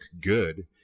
good